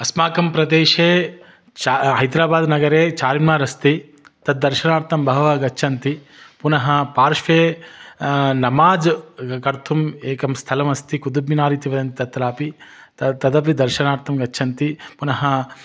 अस्माकं प्रदेशे च हैद्राबाद् नगरे चार्मिनार् अस्ति तस्य दर्शनार्थं बहवः गच्छन्ति पुनः पार्श्वे नमाज् कर्तुम् एकं स्थलमस्ति कुतुब्मिनार् इति वदन् तत्रापि ते तस्यापि दर्शनार्थं गच्छन्ति पुनः